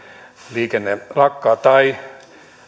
liikenne lakkaa tai